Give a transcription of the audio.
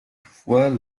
foie